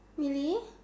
really